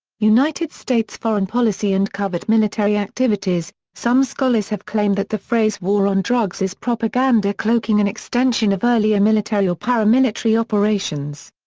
united states foreign policy and covert military activities some scholars have claimed that the phrase war on drugs is propaganda cloaking an extension of earlier military or paramilitary operations.